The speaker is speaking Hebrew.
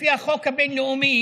לפי החוק הבין-לאומי,